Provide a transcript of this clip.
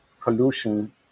pollution